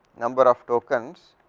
number of tokens